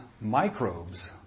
microbes